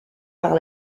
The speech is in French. par